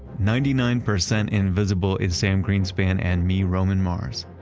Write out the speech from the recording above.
ninety nine percent invisible, is sam greenspan and me, roman mars.